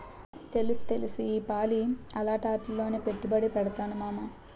తెలుస్తెలుసు ఈపాలి అలాటాట్లోనే పెట్టుబడి పెడతాను మావా